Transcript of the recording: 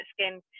skin